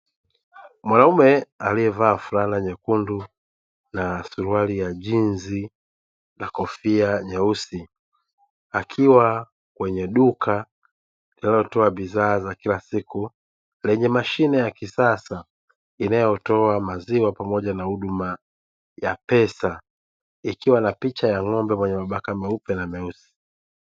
Mwanaume aliyevalia fulana ya nyekundu na suruali ya jinsi na kofia nyeusi, akiwa kwenye duka linalotoa bidhaa za kila siku, lenye mashine ya kisasa linalotoa maziwa pamoja na huduma za pesa, likiwa na picha ya ng'ombe mwenye mabaka meupe na meusi.